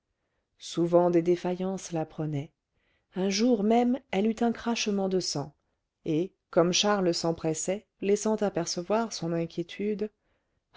souvent des défaillances la prenaient un jour même elle eut un crachement de sang et comme charles s'empressait laissant apercevoir son inquiétude